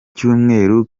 cyumweru